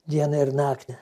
dieną ir naktį